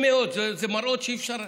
אלה מראות שאי-אפשר,